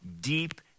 deep